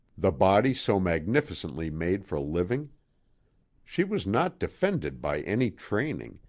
the body so magnificently made for living she was not defended by any training,